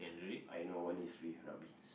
I know when he's free rugby